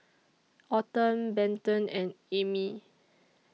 Autumn Benton and Ammie